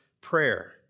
prayer